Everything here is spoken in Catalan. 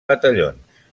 batallons